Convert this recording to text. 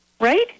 Right